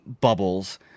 bubbles